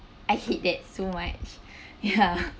I hate that so much ya